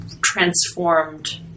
transformed